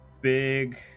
big